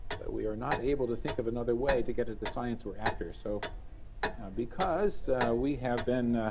but we are not able to think of another way to get at the science we're after. so because we have been